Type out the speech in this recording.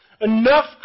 enough